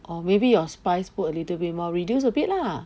or maybe your spice food a little bit more reduced a bit lah